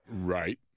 Right